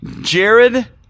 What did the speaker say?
Jared